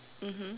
mmhmm